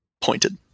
pointed